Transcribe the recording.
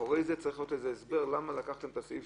מאחורי זה צריך להיות הסבר למה לקחתם את סעיף